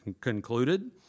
concluded